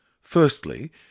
Firstly